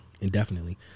indefinitely